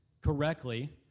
correctly